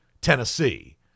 Tennessee